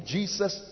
Jesus